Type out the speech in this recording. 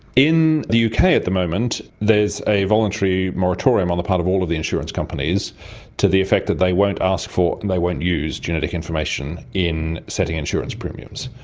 in the uk at the moment there's a voluntary moratorium on the part of all of the insurance companies to the effect that they won't ask for and they won't use genetic information in setting insurance premiums.